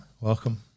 Welcome